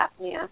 apnea